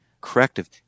corrective